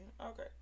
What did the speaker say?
Okay